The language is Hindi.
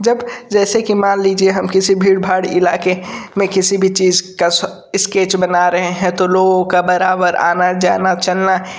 जब जैसे कि मान लीजिए हम किसी भीड़ भाड़ इलाक़े में किसी भी चीज़ का इस्केच बना रहे हैं तो लोगों का बराबर आना जाना चलना